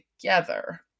together